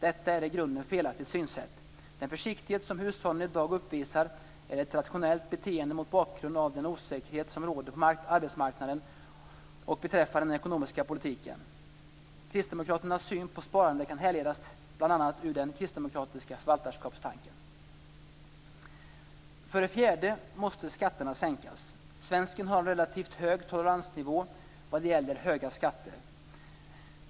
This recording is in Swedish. Detta är ett i grunden felaktigt synsätt. Den försiktighet som hushållen i dag uppvisar är ett rationellt beteende mot bakgrund av den osäkerhet som råder på arbetsmarknaden och beträffande den ekonomiska politiken. Kristdemokraternas syn på sparande kan härledas bl.a. ur den kristdemokratiska förvaltarskapstanken. För det fjärde måste skatterna sänkas. Svensken har en relativt hög toleransnivå vad gäller höga skatter.